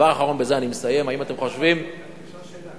אפשר שאלה?